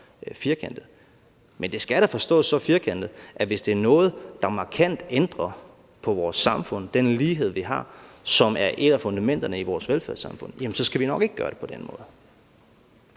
Men det skal da forstås så firkantet, at hvis det er noget, der markant ændrer på vores samfund – den lighed, vi har, som er et af fundamenterne i vores velfærdssamfund – så skal vi nok ikke gøre det på den måde.